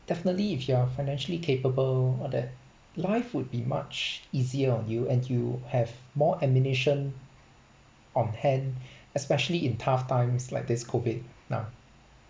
definitely if you are financially capable all that life would be much easier on you and you have more ammunition on hand especially in tough times like this COVID now